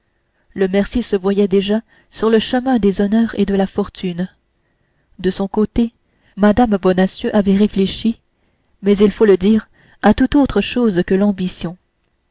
le mercier se voyait déjà sur le chemin des honneurs et de la fortune de son côté mme bonacieux avait réfléchi mais il faut le dire à tout autre chose que l'ambition